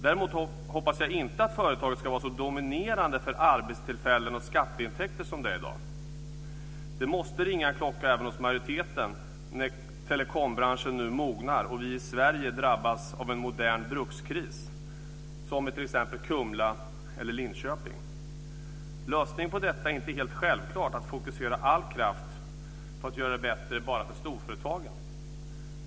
Däremot hoppas jag inte att företaget ska vara så dominerande för arbetstillfällen och skatteintäkter som det är i dag. Det måste ringa en klocka även hos majoriteten när telekombranschen nu mognar och vi i Sverige drabbas av en modern brukskris, som i t.ex. Lösningen på detta är inte helt självklart att fokusera all kraft på att göra det bättre bara för storföretagen.